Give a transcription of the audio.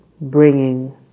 bringing